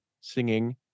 singing